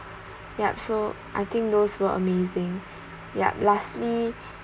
yup so I think those were amazing yup lastly